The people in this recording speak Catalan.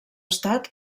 estat